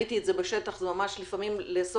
ראיתי את זה בשטח, זה ממש לפעמים לאסוף